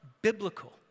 biblical